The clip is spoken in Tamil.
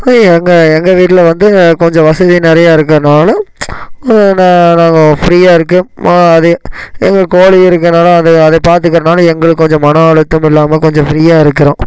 எங்கள் எங்கள் வீட்டில் வந்து கொஞ்சம் வசதி நிறைய இருக்கறதுனால நாங்க ஃப்ரீயாக இருக்குது அதே எங்கள் கோழி இருக்கனால அது அதை பாத்துக்கறதுனால எங்களுக்கு கொஞ்சம் மனஅழுத்தம் இல்லாமல் கொஞ்சம் ஃப்ரீயாக இருக்கிறோம்